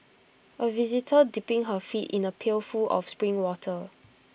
A visitor dipping her feet in A pail full of spring water